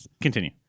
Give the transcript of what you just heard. Continue